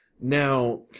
Now